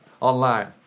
online